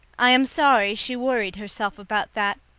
i am sorry she worried herself about that.